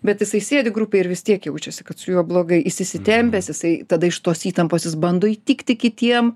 bet jisai sėdi grupėj ir vis tiek jaučiasi kad su juo blogai jis įsitempęs jisai tada iš tos įtampos jis bando įtikti kitiem